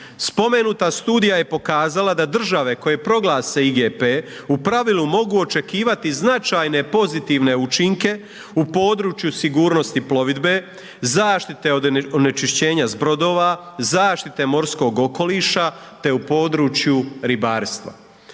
Spomenuta studija je pokazala da države koje proglase IGP-e u pravilu mogu očekivati značajne pozitivne učinke u području sigurnosti plovidbe, zaštite od onečišćenja s brodova, zaštite morskog okoliša te u području ribarstva.